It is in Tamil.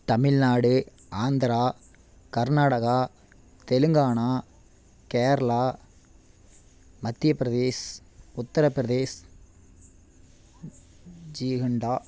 தமிழ்நாடு ஆந்திரா கர்நாடகா தெலுங்கானா கேரளா மத்தியப்பிரதேஷ் உத்திரப்பிரதேஷ் ஜீகண்டா